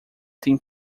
tem